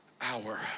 hour